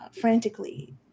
frantically